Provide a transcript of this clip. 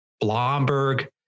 blomberg